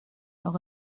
اقا